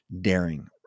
daring